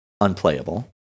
unplayable